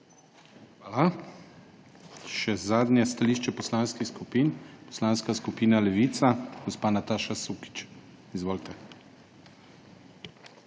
Hvala. Še zadnje stališče poslanskih skupin, Poslanska skupina Levica, gospa Nataša Sukič. Izvolite.